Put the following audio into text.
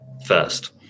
first